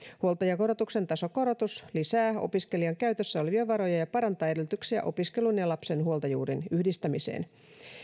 huoltajakorotuksen tasokorotus lisää opiskelijan käytössä olevia varoja ja parantaa edellytyksiä opiskelun ja lapsen huoltajuuden yhdistämiseen